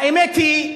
האמת היא,